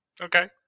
Okay